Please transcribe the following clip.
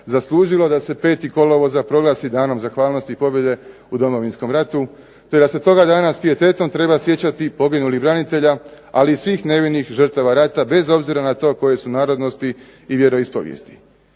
zaslužilo da se 5. kolovoza proglasi Danom zahvalnosti i pobjede u Domovinskom ratu te da se toga dana s pijetetom treba sjećati poginulih branitelja ali i nevinih žrtava rata bez obzira na to koje su narodnosti i vjeroispovijesti.